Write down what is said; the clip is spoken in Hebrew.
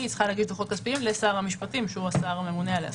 היא צריכה להגיש דוחות כספיים לשר המשפטים שהוא השר הממונה עליה.